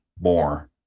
more